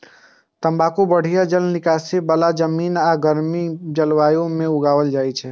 तंबाकू बढ़िया जल निकासी बला जमीन आ गर्म जलवायु मे उगायल जाइ छै